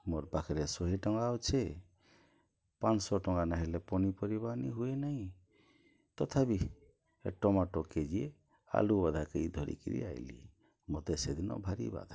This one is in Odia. ମୋର୍ ପାଖରେ ଶହେ ଟଙ୍କା ଅଛେ ପାଞ୍ଚଶହ ଟଙ୍କା ନାଇଁ ହେଲେ ପନିପରିବା ନି ହୁଏ ନାଇ ତଥାପି ଏ ଟମାଟୋ କେଜିଏ ଆଲୁ ଅଧା କେଜି ଧରିକିରି ଆଇଲି ମୋତେ ସେଦିନ ଭାରି ବାଧେଲା